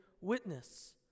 witness